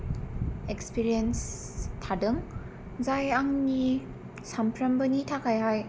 experience थादों जाय आंनि सानफ्रामबोनि थाखायहाय